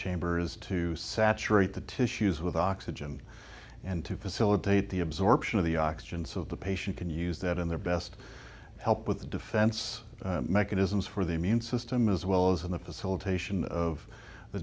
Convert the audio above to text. chambers to saturate the tissues with oxygen and to facilitate the absorption of the oxygen so the patient can use that in their best help with the defense mechanisms for the immune system as well as in the